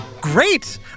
Great